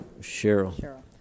Cheryl